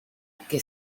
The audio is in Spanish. que